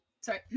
Sorry